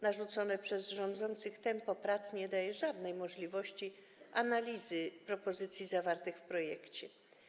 Narzucone przez rządzących tempo prac nie daje żadnej możliwości analizy propozycji zawartych w projekcie.